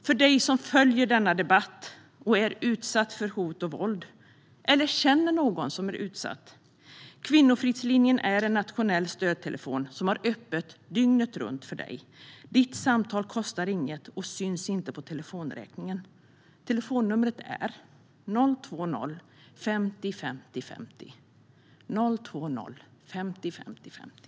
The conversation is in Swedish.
För dig som följer denna debatt och är utsatt för hot och våld eller känner någon som är utsatt finns Kvinnofridslinjen. Det är en nationell stödtelefon som har öppet dygnet runt för dig. Ditt samtal kostar inget och syns inte på telefonräkningen. Telefonnumret är 02050 50 50.